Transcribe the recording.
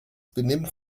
benimmt